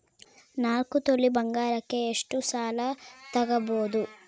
ನಾಲ್ಕು ತೊಲಿ ಬಂಗಾರಕ್ಕೆ ಎಷ್ಟು ಸಾಲ ತಗಬೋದು?